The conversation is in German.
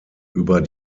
über